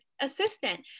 assistant